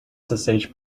ssh